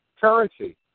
Currency